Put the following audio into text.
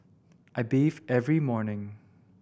I bathe every morning